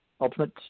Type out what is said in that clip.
Ultimate